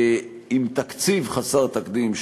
עם תקציב חסר תקדים,